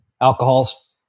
alcohols